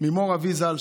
ממו"ר אבי ז"ל,